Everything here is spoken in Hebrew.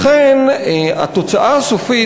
לכן התוצאה הסופית,